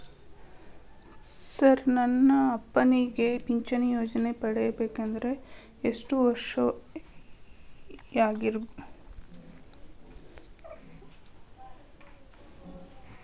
Sir ನನ್ನ ಅಪ್ಪನಿಗೆ ಪಿಂಚಿಣಿ ಯೋಜನೆ ಪಡೆಯಬೇಕಂದ್ರೆ ಎಷ್ಟು ವರ್ಷಾಗಿರಬೇಕ್ರಿ?